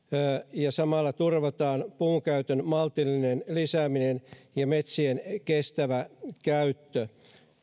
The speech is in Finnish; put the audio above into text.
ja samalla turvataan puunkäytön maltillinen lisääminen ja metsien kestävä käyttö